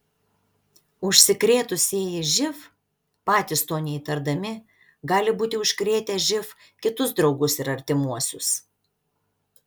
užsikrėtusieji živ patys to neįtardami gali būti užkrėtę živ kitus draugus ir artimuosius